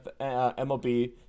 MLB